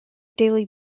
daily